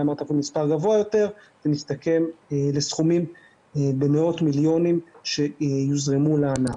אמרת מספר גבוה יותר זה מסתכם לסכומים במאות מיליונים שיוזרמו לענף,